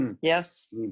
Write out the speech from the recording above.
Yes